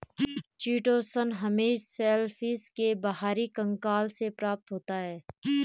chitosan हमें shellfish के बाहरी कंकाल से प्राप्त होता है